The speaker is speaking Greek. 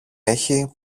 έχει